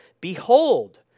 Behold